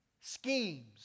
Schemes